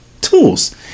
tools